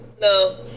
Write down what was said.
No